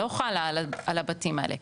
לא חלה על הבתים האלה,